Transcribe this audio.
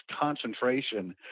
concentration